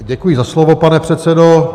Děkuji za slovo, pane předsedo.